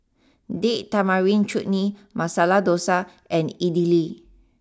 date Tamarind Chutney Masala Dosa and Idili